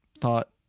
thought